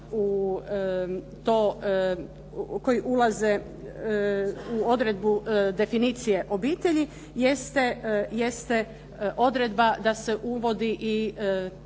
koji ulaze u odredbu definicije obitelji jeste odredba da se uvodi